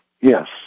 Yes